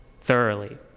thoroughly